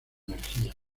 energía